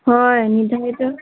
হয় নিৰ্ধাৰিত